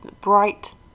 bright